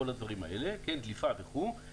דליפה וכו',